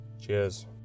Cheers